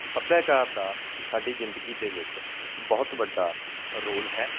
ਸੱਭਿਆਚਾਰ ਦਾ ਸਾਡੀ ਜ਼ਿੰਦਗੀ ਦੇ ਵਿੱਚ ਬਹੁਤ ਵੱਡਾ ਰੋਲ ਹੈ